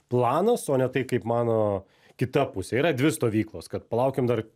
planas o ne tai kaip mano kita pusė yra dvi stovyklos kad palaukim dar